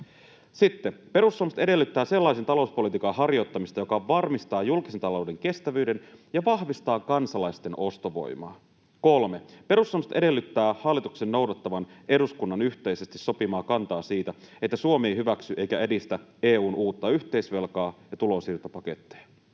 2) Perussuomalaiset edellyttää sellaisen talouspolitiikan harjoittamista, joka varmistaa julkisen talouden kestävyyden ja vahvistaa kansalaisten ostovoimaa. 3) Perussuomalaiset edellyttää hallituksen noudattavan eduskunnan yhteisesti sopimaa kantaa siitä, että Suomi ei hyväksy eikä edistä EU:n uutta yhteisvelkaa ja tulonsiirtopaketteja.